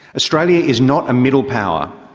australia is not a middle power.